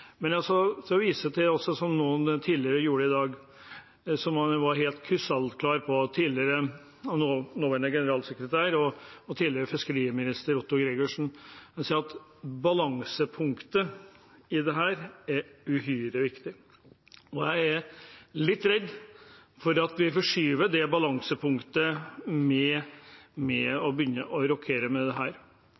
Men så vil jeg vise til, som også noen gjorde tidligere i dag og var helt krystallklar på, at nåværende generalsekretær i Fiskarlaget og tidligere fiskeriminister Otto Gregussen, har sagt at balansepunktet i dette er uhyre viktig. Jeg er litt redd for at vi forskyver balansepunktet med å begynne å rokke ved dette. Det